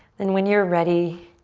then when you're ready,